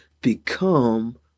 become